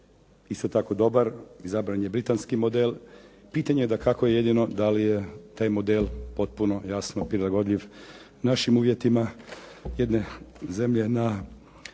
isto tako dobar. Izabran je britanski model. Pitanje je dakako jedino da li je taj model potpuno jasno prilagodljiv našim uvjetima jedne zemlje na